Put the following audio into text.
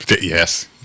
Yes